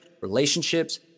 relationships